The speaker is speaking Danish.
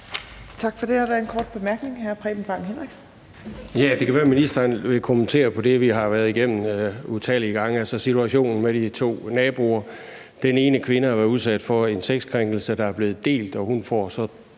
Tak for det.